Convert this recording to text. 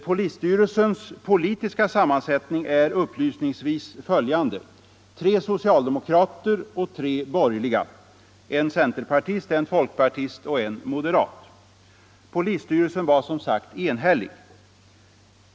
Polisstyrelsens politiska sammansättning är följande: tre socialdemokrater och tre bor 201 gerliga — en centerpartist, en folkpartist och en moderat. Polisstyrelsen var som sagt enhällig.